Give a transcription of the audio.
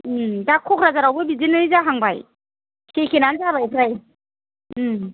दा क'क्राझारावबो बिदिनो जाहांबाय एखेयानो जाबाय फ्राय